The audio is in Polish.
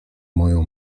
moją